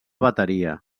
bateria